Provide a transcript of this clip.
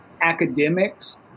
academics